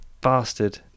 bastard